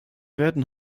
werden